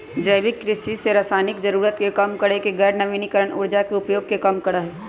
जैविक कृषि, कृषि रासायनिक जरूरत के कम करके गैर नवीकरणीय ऊर्जा के उपयोग के कम करा हई